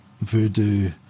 Voodoo